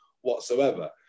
whatsoever